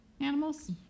animals